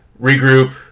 regroup